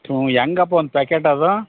ತು ಹೆಂಗಪ್ಪ ಒಂದು ಪ್ಯಾಕೆಟ್ ಅದು